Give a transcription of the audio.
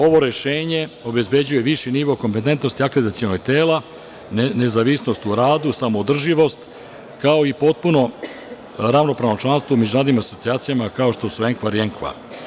Ovo rešenje obezbeđuje viši nivo kompetentnosti akreditacionog tela, nezavisnost u radu, samoodrživost, kao i potpuno ravnopravno članstvo u međunarodnim asocijacijama kao što su EKAR i ENKA.